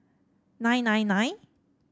nine nine nine